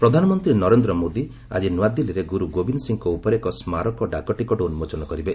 PM କଏନ୍ ରିଲିକ୍ ପ୍ରଧାନମନ୍ତ୍ରୀ ନରେନ୍ଦ୍ର ମୋଦି ଆଜି ନୂଆଦିଲ୍ଲୀରେ ଗୁରୁ ଗୋବିନ୍ଦ୍ ସିଂଙ୍କ ଉପରେ ଏକ ସ୍କାରକ ଡାକଟିକଟ ଉନ୍କୋଚନ କରିବେ